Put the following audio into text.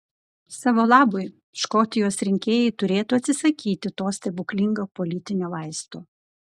savo labui škotijos rinkėjai turėtų atsisakyti to stebuklingo politinio vaisto